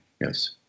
Yes